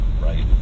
right